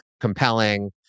compelling